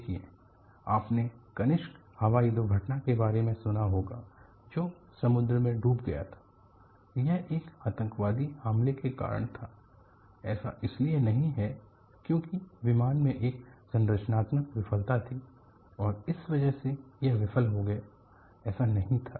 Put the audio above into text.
देखिए आपने कनिष्क हवाई दुर्घटना के बारे में सुना होगा जो समुद्र में डूब गया था यह एक आतंकवादी हमले के कारण था ऐसा इसलिए नहीं है क्योंकि विमान में एक संरचनात्मक विफलता थी और इस वजह से यह विफल हो गया ऐसा नहीं था